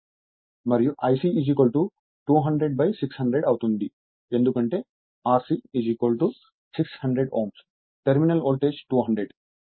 మరియు Ic 200600 అవుతుంది ఎందుకంటే Rc 600 Ohm టెర్మినల్ వోల్టేజ్ 200 మరియు Im 200300